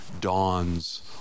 dawns